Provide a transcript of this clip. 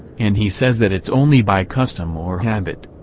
and he says that it's only by custom or habit,